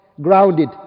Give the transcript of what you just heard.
grounded